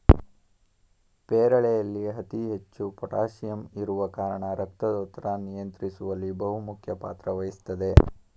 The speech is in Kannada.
ಪೇರಳೆಯಲ್ಲಿ ಅತಿ ಹೆಚ್ಚು ಪೋಟಾಸಿಯಂ ಇರುವ ಕಾರಣ ರಕ್ತದೊತ್ತಡ ನಿಯಂತ್ರಿಸುವಲ್ಲಿ ಬಹುಮುಖ್ಯ ಪಾತ್ರ ವಹಿಸ್ತದೆ